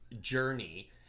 journey